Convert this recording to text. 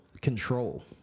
control